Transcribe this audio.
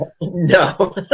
No